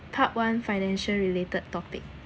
part one financial related topic